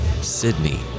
sydney